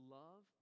love